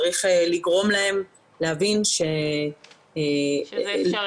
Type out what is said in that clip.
צריך לגרום להם להבין -- שזה אפשרי.